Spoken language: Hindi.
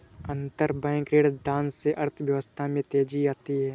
अंतरबैंक ऋणदान से अर्थव्यवस्था में तेजी आती है